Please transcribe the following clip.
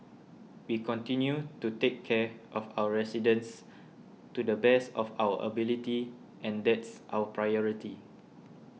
we continue to take care of our residents to the best of our ability and that's our priority